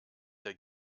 der